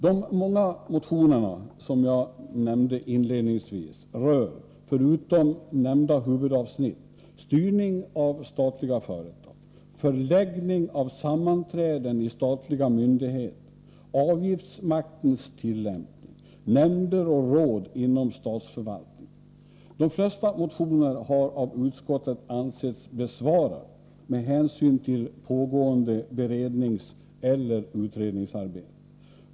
De många motionerna rör, som jag sade inledningsvis, förutom nämnda huvudavsnitt, styrning av statliga företag, förläggning av sammanträden i statliga myndigheter, avgiftsmaktens tillämpning, nämnder och råd inom statsförvaltningen. De flesta motioner har av utskottet ansetts besvarade med hänvisning till pågående beredningseller utredningsarbete.